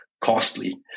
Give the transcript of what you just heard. costly